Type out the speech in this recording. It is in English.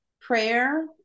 prayer